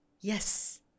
Yes